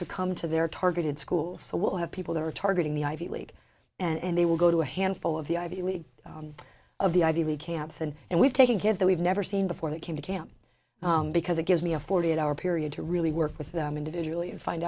to come to their targeted schools so we'll have people who are targeting the ivy league and they will go to a handful of the ivy league of the ivy league camps and and we've taken kids that we've never seen before they came to camp because it gives me a forty eight hour period to really work with them individually and find